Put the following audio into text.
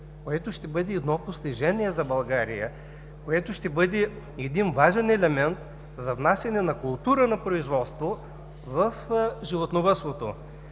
което ще бъде постижение за България, което ще бъде важен елемент за внасяне на култура на производство в животновъдството.